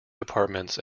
departments